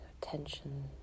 tension